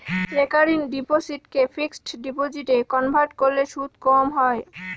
recurring ডিপোসিটকে fixed ডিপোজিটে convert করলে সুদ কম হয়